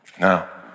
Now